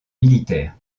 militaire